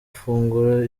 ifunguro